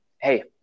hey